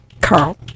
Carl